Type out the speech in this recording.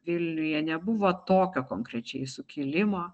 vilniuje nebuvo tokio konkrečiai sukilimo